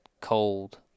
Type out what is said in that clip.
cold